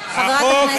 חברת הכנסת יעל גרמן.